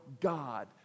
God